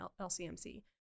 lcmc